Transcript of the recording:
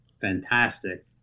fantastic